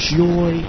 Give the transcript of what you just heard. joy